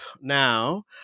now